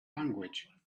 language